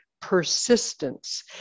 persistence